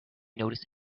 notice